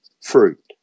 fruit